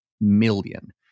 million